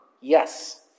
yes